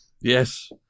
Yes